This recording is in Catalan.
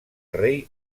rei